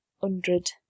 hundred